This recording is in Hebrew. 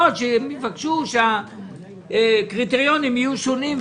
שהם יבקשו שהקריטריונים יהיו שונים.